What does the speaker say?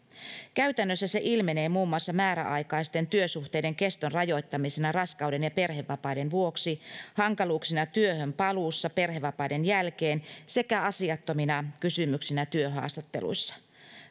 käytännössä se ilmenee muun muassa määräaikaisten työsuhteiden keston rajoittamisena raskauden ja perhevapaiden vuoksi hankaluuksina työhön paluussa perhevapaiden jälkeen sekä asiattomina kysymyksinä työhaastatteluissa